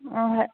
ꯑꯥ ꯍꯣꯏ